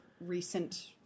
recent